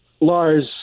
Lars